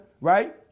right